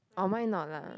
oh mine not lah